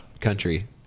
country